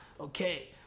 Okay